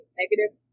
negative